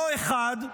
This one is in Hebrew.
לא אחד,